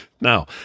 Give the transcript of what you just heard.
Now